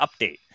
update